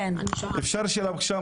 אפשר שאלה בבקשה?